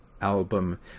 album